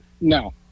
no